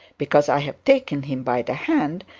because i have taken him by the hand,